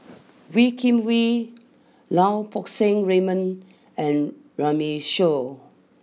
Wee Kim Wee Lau Poo Seng Raymond and Runme Shaw